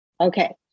Okay